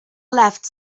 left